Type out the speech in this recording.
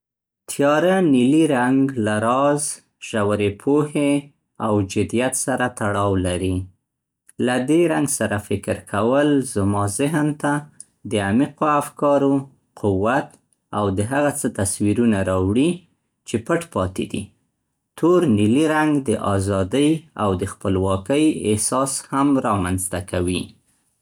تياره نیلي رنګ له راز، ژورې پوهې او جدیت سره تړاو لري. له دې رنګ سره فکر کول زما ذهن ته د عمیقو افکارو، قوت او د هغه څه تصویرونه راوړي چې پټ پاتې دي. تور نیلي رنګ د ازادي او د خپلواکۍ احساس هم را منځ ته کوي.